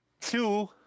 Two